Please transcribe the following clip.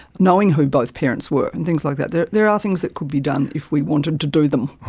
knowing who both parents were and things like that. there there are things that could be done if we wanted to do them.